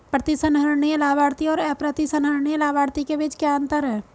प्रतिसंहरणीय लाभार्थी और अप्रतिसंहरणीय लाभार्थी के बीच क्या अंतर है?